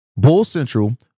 BULLCENTRAL